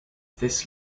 this